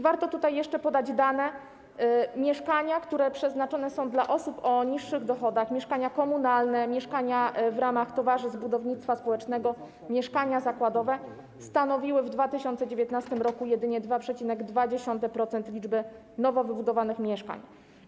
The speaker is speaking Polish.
Warto tutaj jeszcze podać dane: mieszkania, które przeznaczone są dla osób o niższych dochodach, mieszkania komunalne, mieszkania w ramach towarzystw budownictwa społecznego, mieszkania zakładowe, stanowiły w 2019 r. jedynie 2,2% liczby nowo wybudowanych mieszkań.